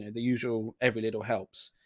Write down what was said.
the usual, every little helps.